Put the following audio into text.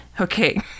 Okay